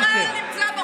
עם ישראל נמצא בחוץ,